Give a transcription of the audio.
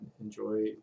enjoy